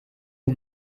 uwo